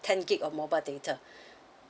ten gig of mobile data